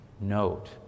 note